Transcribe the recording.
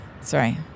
Sorry